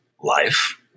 life